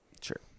Sure